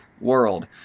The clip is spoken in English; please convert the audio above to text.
world